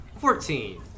Fourteen